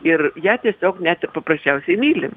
ir ją tiesiog net ir paprasčiausiai myli